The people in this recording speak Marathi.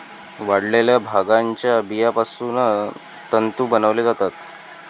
वाळलेल्या भांगाच्या बियापासून तंतू बनवले जातात